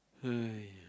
!aiya!